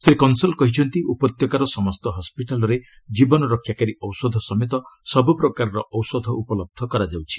ଶ୍ରୀ କଂସଲ୍ କହିଛନ୍ତି ଉପତ୍ୟକାର ସମସ୍ତ ହସ୍କିଟାଲ୍ରେ ଜୀବନରକ୍ଷାକାରୀ ଔଷଧ ସମେତ ସବୁପ୍ରକାରର ଔଷଧ ଉପଲହ୍ଧ କରାଯାଉଛି